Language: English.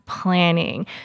Planning